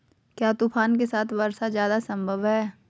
क्या तूफ़ान के साथ वर्षा जायदा संभव है?